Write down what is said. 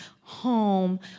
home